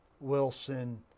Wilson